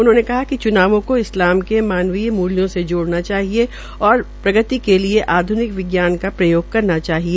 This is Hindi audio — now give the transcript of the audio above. उन्होंने कहा कि युवाओं को इस्लाम के मानवीय मूल्यों से जुड़ना चाहिए और प्रगति के लिए आध्निक विज्ञान का प्रयोग करना चाहिए